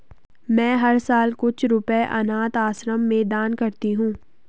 मैं हर साल कुछ रुपए अनाथ आश्रम में दान करती हूँ